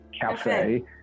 cafe